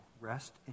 rest